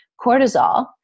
cortisol